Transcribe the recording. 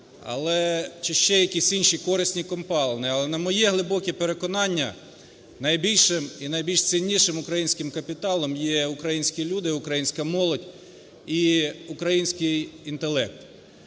чи ще якісь інші корисні копалини. Але, на моє глибоке переконання, найбільшим і найбільш ціннішим українським капіталом є українські люди, українська молодь і український інтелект.